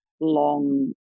long